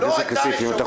לא הייתה הזדמנות.